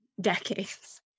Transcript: decades